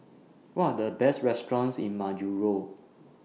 What Are The Best restaurants in Majuro